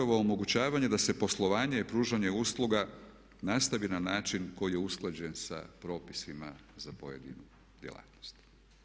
Nego upravo omogućavanje da se poslovanje i pružanje usluga nastavi na način koji je usklađen sa propisima za pojedinu djelatnosti.